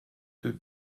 deux